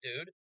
dude